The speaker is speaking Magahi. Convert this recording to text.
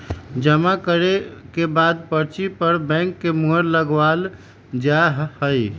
जमा करे के बाद पर्ची पर बैंक के मुहर लगावल जा हई